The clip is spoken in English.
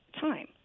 time